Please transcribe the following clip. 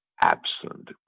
absent